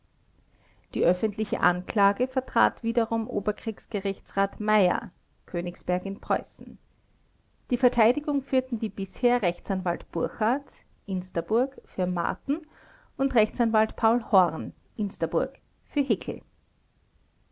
die öffentliche anklage vertrat wiederum oberkriegsgerichtsrat meyer königsberg i pr die verteidigung führten wie bisher rechtsanwalt burchard insterburg für marten und rechtsanwalt paul horn